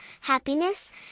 happiness